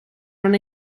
non